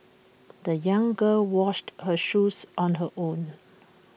the young girl washed her shoes on her own